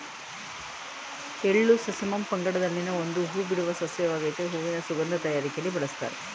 ಎಳ್ಳು ಸೆಸಮಮ್ ಪಂಗಡದಲ್ಲಿನ ಒಂದು ಹೂಬಿಡುವ ಸಸ್ಯವಾಗಾಯ್ತೆ ಹೂವಿನ ಸುಗಂಧ ತಯಾರಿಕೆಲಿ ಬಳುಸ್ತಾರೆ